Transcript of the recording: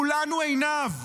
כולנו עינב.